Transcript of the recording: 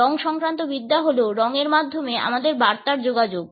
রং সংক্রান্ত বিদ্যা হল রঙের মাধ্যমে আমাদের বার্তার যোগাযোগ